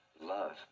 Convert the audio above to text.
love